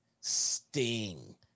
Sting